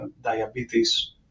diabetes